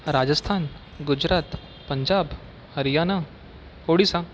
Rajasthan Gujarat Punjab Haryana Odisha